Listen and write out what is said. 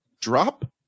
drop